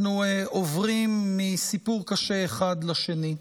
אנחנו עוברים מסיפור קשה אחד לשני.